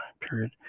period